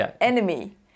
enemy